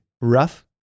rough